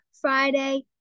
Friday